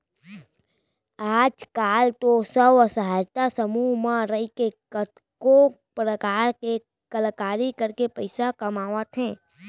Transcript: आज काल तो स्व सहायता समूह म रइके कतको परकार के कलाकारी करके पइसा कमावत हें